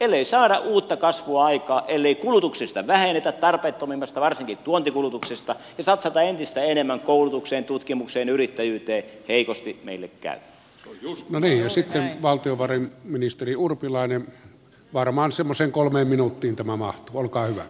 ellei saada uutta kasvua aikaan ellei kulutuksesta vähennetä tarpeettomimmasta varsinkin tuontikulutuksesta ja satsata entistä enemmän koulutukseen tutkimukseen yrittäjyyteen heikosti meille käy lännen ja sitten valtio varain ministeri urpilainen varmaan semmosen kolmeen minuuttiin tämän mahtavan kanssa